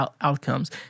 outcomes